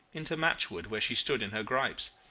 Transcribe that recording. into matchwood where she stood in her gripes.